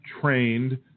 trained